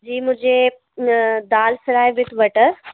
जी मुझे dal fry with butter